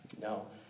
No